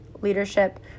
leadership